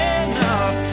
enough